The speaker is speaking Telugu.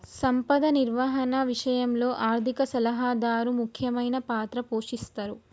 సంపద నిర్వహణ విషయంలో ఆర్థిక సలహాదారు ముఖ్యమైన పాత్ర పోషిస్తరు